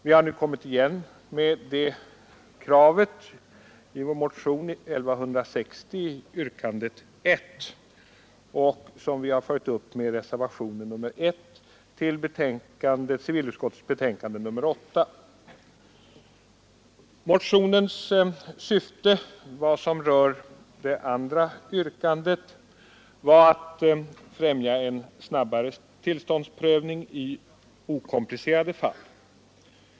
Vi har nu kommit igen med det kravet i vår motion 1160, yrkandet 1, som vi har följt upp med reservationen 1 till civilutskottets betänkande nr 8. Motionens syfte vad gäller yrkandet 2 var — såsom framhålles i reservationen 3 b — att främja en snabbare tillståndsprövning i okomplicerade fall.